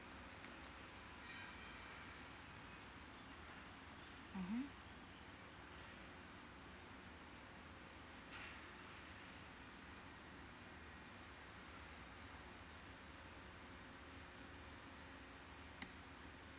mmhmm